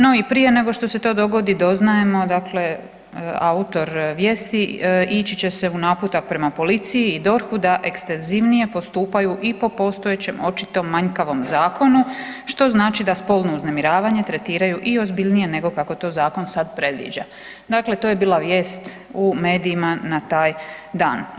No i prije nego što se to dogodi doznajemo dakle autor vijesti „ići će se u naputak prema policiji i DORH-u da ekstenzivnije postupaju i po postojećem očito manjkavom zakonu, što znači da spolno uznemiravanje tretiraju i ozbiljnije nego kako to zakon sad predviđa“ dakle to je bila vijest u medijima na taj dan.